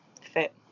fit